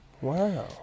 Wow